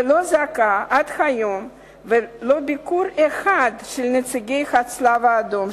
ולא זכה עד היום ולו לביקור אחד של נציגי הצלב-האדום,